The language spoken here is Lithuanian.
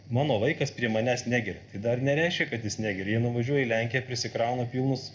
mano vaikas prie manęs negeria tai dar nereiškia kad jis negeria jie nuvažiuoja į lenkiją prisikrauna pilnus